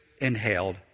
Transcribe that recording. inhaled